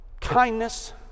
kindness